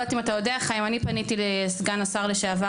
לא יודעת אם אתה יודע פניתי לסגן השר לשעבר,